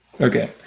Okay